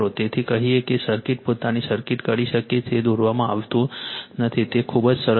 તેથી કહીએ છીએ કે તે સર્કિટ પોતાની સર્કિટ કરી શકે છે તે દોરવામાં આવતું નથી તે ખૂબ જ સરળ બાબત છે